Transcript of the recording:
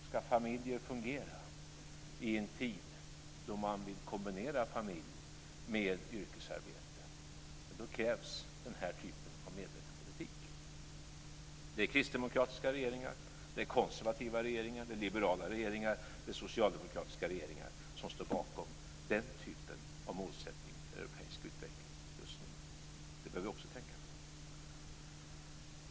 Ska familjer fungera i en tid då man vill kombinera familj med yrkesarbete krävs den här typen av medveten politik. Det är kristdemokratiska regeringar, konservativa regeringar, liberala regeringar och socialdemokratiska regeringar som står bakom den typen av målsättning för europeisk utveckling just nu. Det bör vi också tänka på.